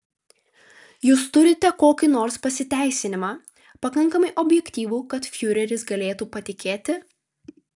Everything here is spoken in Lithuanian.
jūs turite kokį nors pasiteisinimą pakankamai objektyvų kad fiureris galėtų patikėti